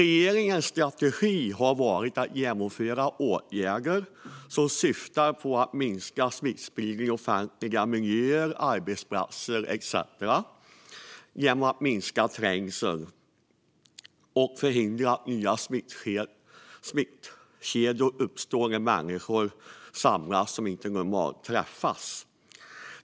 Regeringens strategi har varit att genomföra åtgärder som syftar till att minska smittspridningen i offentliga miljöer, arbetsplatser etcetera genom att minska trängseln och förhindra att nya smittkedjor uppstår när människor samlas som normalt inte träffas.